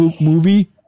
movie